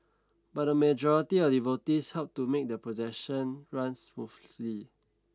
but the majority of devotees helped to make the procession runs smoothly